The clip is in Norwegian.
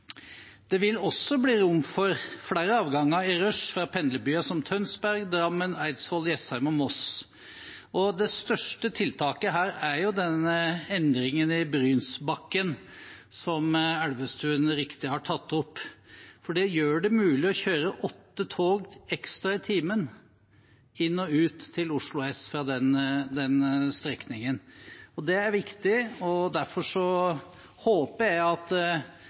Det vil også bli rom for flere avganger i rushtiden fra pendlerbyer som Tønsberg, Drammen, Eidsvoll, Jessheim og Moss. Det største tiltaket her er den endringen i Brynsbakken som Elvestuen helt riktig har tatt opp. Den gjør det mulig å kjøre åtte tog ekstra i timen inn til og ut fra Oslo S fra den strekningen. Det er viktig. Derfor håper jeg at